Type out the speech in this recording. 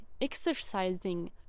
exercising